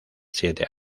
siete